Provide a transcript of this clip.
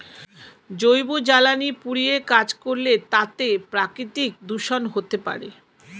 জৈব জ্বালানি পুড়িয়ে কাজ করলে তাতে প্রাকৃতিক দূষন হতে পারে